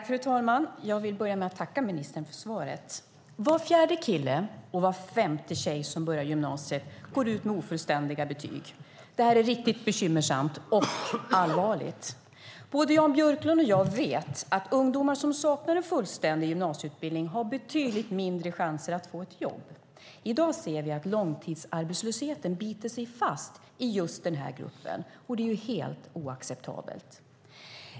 Fru talman! Jag vill börja med att tacka ministern för svaret. Var fjärde kille och var femte tjej som börjar gymnasiet går ut med ofullständiga betyg. Det här är riktigt bekymmersamt och allvarligt. Både Jan Björklund och jag vet att ungdomar som saknar en fullständig gymnasieutbildning har betydligt mindre chanser att få ett jobb. I dag ser vi att långtidsarbetslösheten biter sig fast i just den här gruppen. Det är helt oacceptabelt.